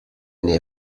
nähe